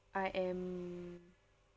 I am